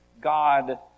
God